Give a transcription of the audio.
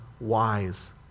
wise